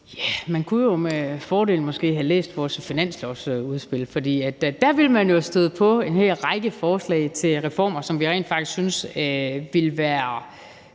Man kunne jo med fordel måske have læst vores finanslovsudspil, for der ville man støde på en hel række forslag til reformer, som vi rent faktisk synes ville være